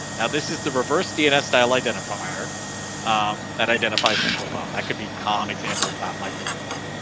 now, this is the reverse dns style identifier that identifies the profile that could be calm example dot my profile.